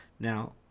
Now